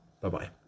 Bye-bye